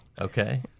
Okay